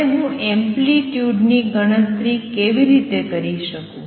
હવે હું એમ્પ્લિટ્યુડની ગણતરી કેવી રીતે કરી શકું